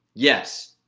yes,